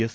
S